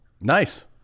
Nice